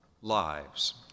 lives